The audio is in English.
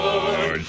Lord